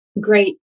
great